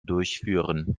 durchführen